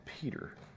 Peter